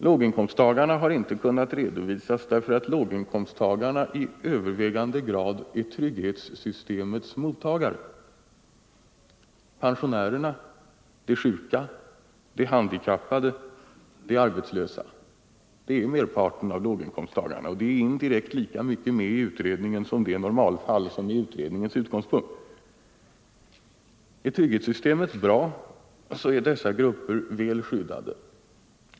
Låginkomsttagarna har inte kunnat redovisas därför att de i övervägande grad är trygghetssystemets mottagare: pensionärerna, de sjuka, de handikappade, de arbetslösa. De utgör merparten av låginkomsttagarna och de är indirekt lika mycket med i utredningen som de normalfall som är utredningens utgångspunkt. Är trygghetssystemet bra så är dessa grupper väl skyddade.